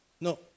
No